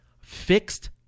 Fixed